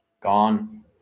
gone